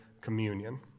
communion